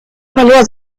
verlor